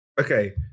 okay